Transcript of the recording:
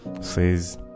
says